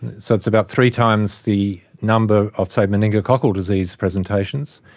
so it's about three times the number of, say, meningococcal disease presentations.